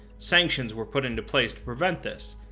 sanctions were put into place to prevent this,